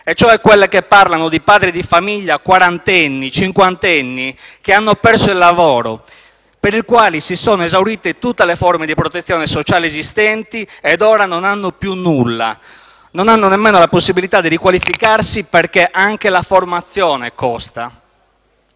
quelle che parlano di padri di famiglia, quarantenni, cinquantenni, che hanno perso il lavoro, per i quali si sono esaurite tutte le forme di protezione sociale esistenti e ora non hanno più nulla, nemmeno la possibilità di riqualificarsi, perché anche la formazione costa.